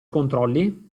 controlli